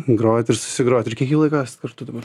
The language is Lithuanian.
grojat ir susigrojat ir kiek jau laiko esat kartu dabar